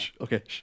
Okay